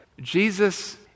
Jesus